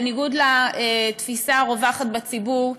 בניגוד לתפיסה הרווחת בציבור,